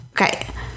Okay